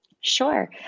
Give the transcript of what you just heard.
Sure